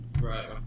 Right